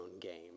game